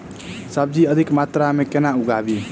सब्जी अधिक मात्रा मे केना उगाबी?